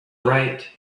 bright